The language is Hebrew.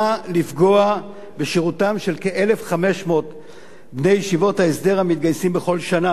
לפגוע בשירותם של כ-1,500 בני ישיבות ההסדר המתגייסים בכל שנה,